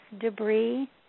debris